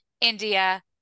India